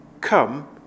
come